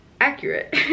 accurate